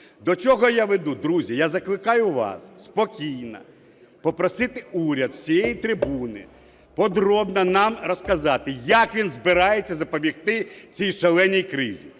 До чого я веду, друзі, я закликаю вас спокійно попросити уряд з цієї трибуни побробно нам розказати, як він збирається запобігти цій шаленій кризі.